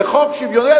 לחוק שוויוני,